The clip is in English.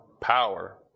Power